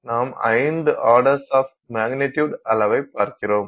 எனவே நாம் 5 order of magnitude அளவை பார்க்கிறோம்